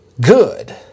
good